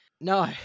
no